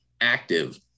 active